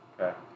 Okay